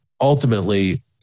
Ultimately